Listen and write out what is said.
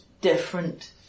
different